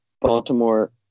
Baltimore